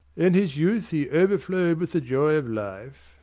in his youth he overflowed with the joy of life